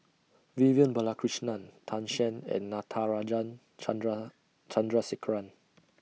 Vivian Balakrishnan Tan Shen and Natarajan Chandra Chandrasekaran